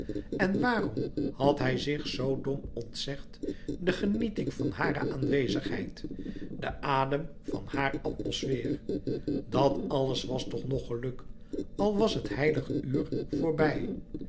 en waarom had hij zich zoo dom ontzegd de genieting van hare aanwezigheid den adem van haar atmosfeer dat alles was toch nog geluk al was het heilig uur voorbij